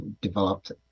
developed